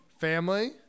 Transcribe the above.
Family